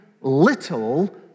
little